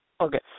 Okay